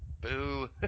boo